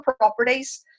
properties